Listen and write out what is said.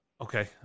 Okay